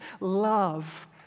love